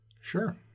Sure